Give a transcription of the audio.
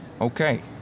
okay